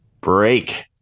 Break